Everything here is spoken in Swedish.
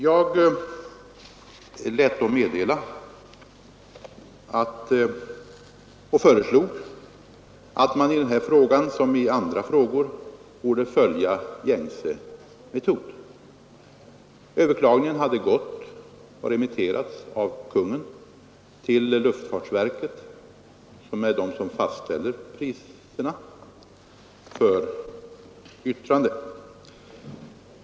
Jag föreslog då att man i den här frågan borde följa gängse metod. Överklagandet hade remitterats av Kungl. Maj:t till luftfartsverket, som är den myndighet som fastställer priserna, för yttrande.